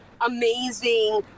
amazing